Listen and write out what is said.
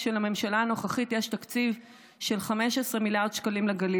של הממשלה הנוכחית יש תקציב של 15 מיליארד שקלים לגליל.